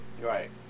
Right